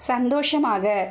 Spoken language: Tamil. சந்தோஷமாக